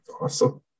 awesome